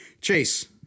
Chase